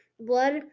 blood